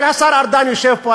אבל השר ארדן יושב פה,